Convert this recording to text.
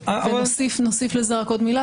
נוסיף לזה עוד מילה.